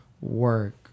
work